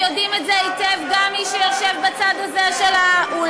ויודעים את זה היטב גם מי שיושבים בצד הזה של האולם.